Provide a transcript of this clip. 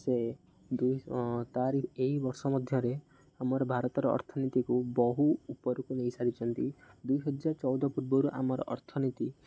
ସେ ଦୁଇ ତାରି ଏହି ବର୍ଷ ମଧ୍ୟରେ ଆମର ଭାରତର ଅର୍ଥନୀତିକୁ ବହୁ ଉପରକୁ ନେଇସାରିଛନ୍ତି ଦୁଇହଜାର ଚଉଦ ପୂର୍ବରୁ ଆମର ଅର୍ଥନୀତି